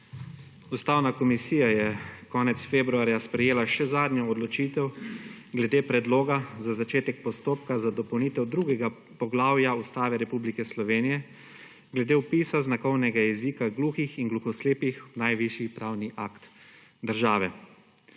Ustavna komisija je konec februarja sprejela še zadnjo odločitev glede predloga za začetek postopka za dopolnitev drugega poglavja Ustave Republike Slovenije glede vpisa znakovnega jezika gluhih in gluhoslepih v najvišji pravni akt države.